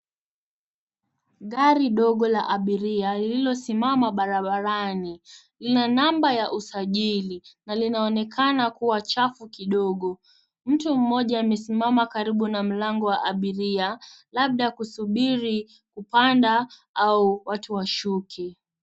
Gari dogo la abiria lilosimama barabarani lina namba ya usajili na linaonekana kuwa chafu kidogo. Mtu mmoja amesimama karibu na mlango wa abiria labda kusubiri, kupanda au watu washuke.